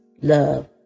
love